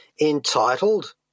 entitled